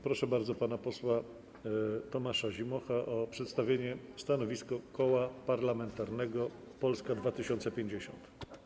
Proszę bardzo pana posła Tomasza Zimocha o przedstawienie stanowiska Koła Parlamentarnego Polska 2050.